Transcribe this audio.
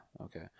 okay